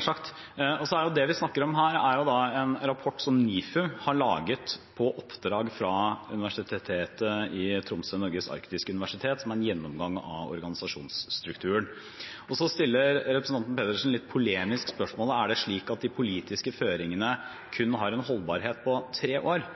sagt. Det vi snakker om her, er en rapport som NIFU har laget på oppdrag fra Universitetet i Tromsø – Norges arktiske universitet som en gjennomgang av organisasjonsstrukturen. Så stiller representanten Pedersen det litt polemiske spørsmålet: Er det slik at de politiske føringene har en holdbarhet på kun tre år?